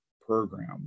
program